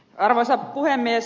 arvoisa puhemies